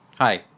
Hi